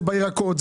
זה בירקות,